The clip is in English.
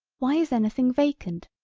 why is anything vacant,